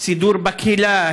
סידור בקהילה,